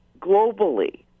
globally